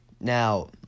Now